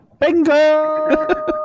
Bingo